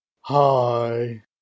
Hi